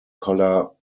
color